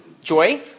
Joy